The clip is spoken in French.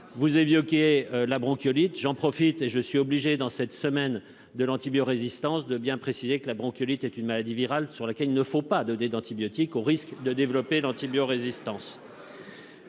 vous évoquez la bronchiolite, j'en profite et je suis obligé dans cette semaine de l'antibiorésistance de bien préciser que la bronchiolite est une maladie virale sur lequel il ne faut pas donner d'antibiotiques, au risque de développer l'antibiorésistance.